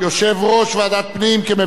(יושב-ראש ועדת הפנים והגנת הסביבה,